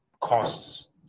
costs